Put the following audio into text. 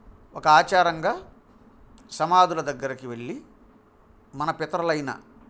ఒక ఆచారంగా సమాధుల దగ్గరికి వెళ్ళి మన పిత్రులైన